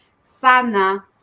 Sana